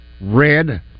red